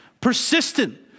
persistent